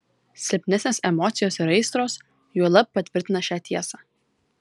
silpnesnės emocijos ir aistros juolab patvirtina šią tiesą